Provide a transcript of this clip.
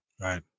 right